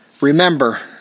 Remember